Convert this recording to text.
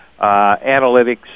analytics